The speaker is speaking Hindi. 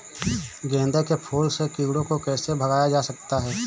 गेंदे के फूल से कीड़ों को कैसे भगाया जा सकता है?